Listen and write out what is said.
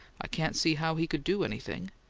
i can't see how he could do anything.